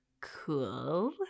cool